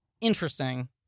interesting